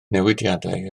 newidiadau